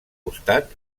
costat